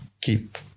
keep